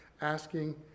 asking